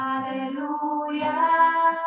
Hallelujah